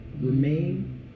remain